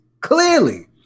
clearly